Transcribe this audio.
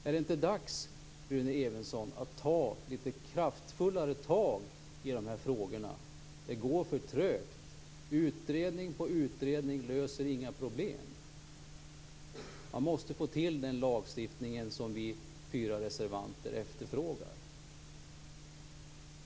Är det inte dags, Rune Evensson, att ta litet kraftfullare tag i dessa frågor? Det går för trögt. Utredning efter utredning löser inga problem. Man måste se till att få en lagstiftning som vi fyra reservanter efterfrågar.